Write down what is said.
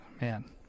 Man